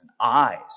eyes